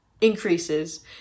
increases